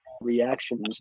reactions